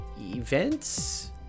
Events